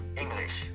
English